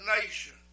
nation